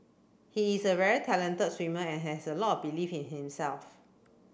he is a very talented swimmer and has a lot belief in himself